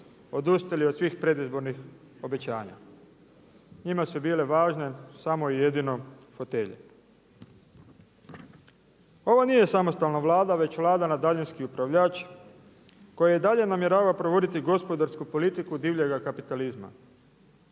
odustali od svih predizbornih obećanja. Njima su bile važne samo i jedino fotelje. Ovo nije samostalna Vlada, već Vlada na daljinski upravljač koja i dalje namjerava provoditi gospodarsku politiku divljega kapitalizma.